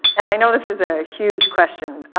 and i know this is a huge question,